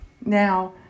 Now